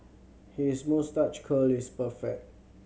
his moustache curl is perfect